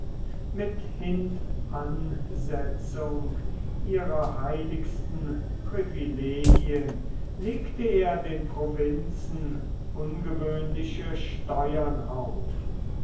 mit hintansetzung ihrer heiligsten privilegien legte er den provinzen ungewöhnliche steuern auf